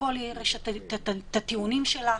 לכל עיר יש את הטיעונים שלה.